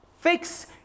fix